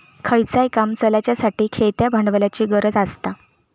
खयचाय काम चलाच्यासाठी खेळत्या भांडवलाची गरज आसता